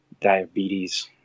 diabetes